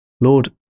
Lord